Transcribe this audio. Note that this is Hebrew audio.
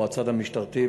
או הצד המשטרתי,